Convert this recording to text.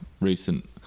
recent